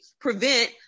prevent